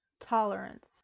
tolerance